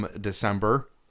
December